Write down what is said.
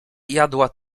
jadła